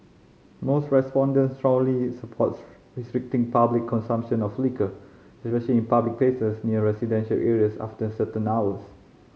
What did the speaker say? most respondents strongly supports restricting public consumption of liquor especially in public places near residential areas after certain hours